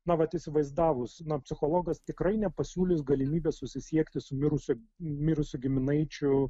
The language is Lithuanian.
na vat įsivaizdavus na psichologas tikrai nepasiūlys galimybės susisiekti su mirusiu mirusiu giminaičiu